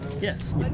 Yes